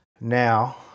Now